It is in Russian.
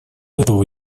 этого